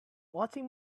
watching